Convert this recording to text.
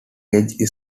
age